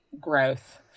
growth